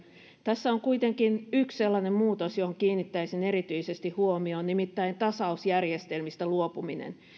tässä on kuitenkin yksi sellainen muutos johon kiinnittäisin erityisesti huomion nimittäin tasausjärjestelmistä luopuminen